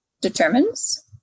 determines